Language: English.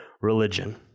religion